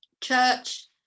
Church